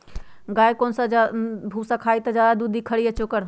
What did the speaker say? गाय कौन सा भूसा खाई त ज्यादा दूध दी खरी या चोकर?